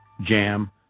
jam